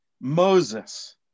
Moses